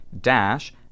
dash